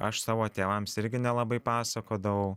aš savo tėvams irgi nelabai pasakodavau